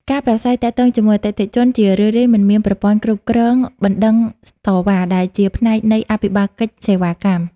ការប្រាស្រ័យទាក់ទងជាមួយអតិថិជនជារឿយៗមិនមានប្រព័ន្ធគ្រប់គ្រងបណ្ដឹងតវ៉ា ដែលជាផ្នែកនៃអភិបាលកិច្ចសេវាកម្ម។